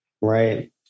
Right